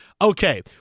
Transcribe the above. okay